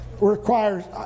requires